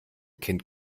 kind